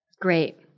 Great